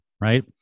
right